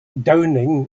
downing